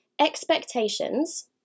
expectations